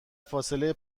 فاصله